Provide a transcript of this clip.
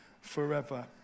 forever